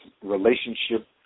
relationship